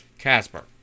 Casper